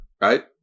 Right